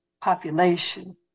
population